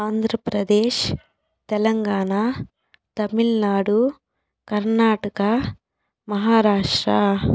Andhra Pradesh Telangana Tamil Nadu Karnataka Maharashtra